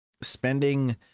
spending